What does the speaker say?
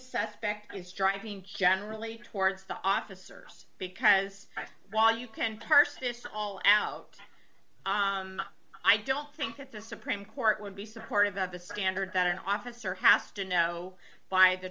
suspect is driving generally towards the officers because while you can parse this all out i don't think that the supreme court would be supportive of the standard that an officer has to know by the